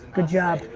good job.